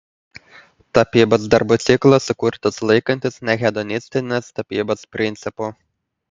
tapybos darbų ciklas sukurtas laikantis nehedonistinės tapybos principų